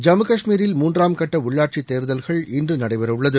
ஜம்மு காஷ்மீரில் மூன்றாம் கட்ட உள்ளாட்சித் தேர்தல்கள் இன்று நடைபெறவுள்ளது